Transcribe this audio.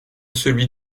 celui